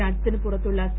രാജ്യത്തിന് പുറത്തുള്ള സി